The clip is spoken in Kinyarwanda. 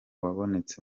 wabonetse